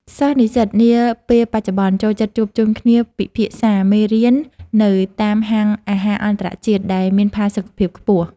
សិស្សនិស្សិតនាពេលបច្ចុប្បន្នចូលចិត្តជួបជុំគ្នាពិភាក្សាមេរៀននៅតាមហាងអាហារអន្តរជាតិដែលមានផាសុកភាពខ្ពស់។